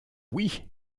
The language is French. oui